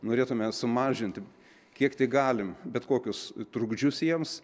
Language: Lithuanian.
norėtume sumažinti kiek tik galim bet kokius trukdžius jiems